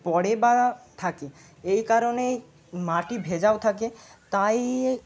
পড়ে বা থাকে এই কারণেই মাটি ভেজাও থাকে তাই